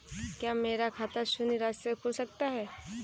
क्या मेरा खाता शून्य राशि से खुल सकता है?